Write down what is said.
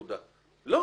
אני